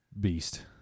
beast